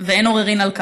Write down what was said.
ואין עוררין על כך,